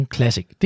Classic